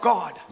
God